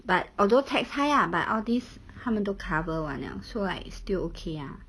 but although tax high ah but all these 他们都 cover 完了 liao so still okay ah